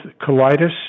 colitis